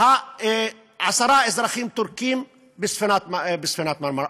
עשרה אזרחים טורקים בספינת "מרמרה",